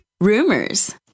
rumors